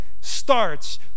starts